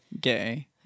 gay